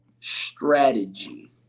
strategy